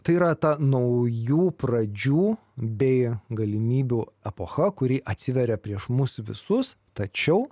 tai yra ta naujų pradžių bei galimybių epocha kuri atsiveria prieš mus visus tačiau